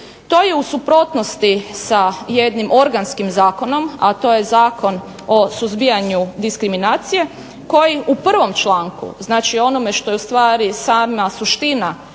To je u suprotnosti sa jednim organskim zakonom, a to je Zakon o suzbijanju diskriminacije koji u prvom članku, znači onome što je u stvari sama suština